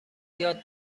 یاد